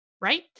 right